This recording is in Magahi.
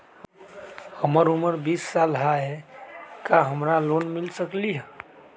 हमर उमर बीस साल हाय का हमरा लोन मिल सकली ह?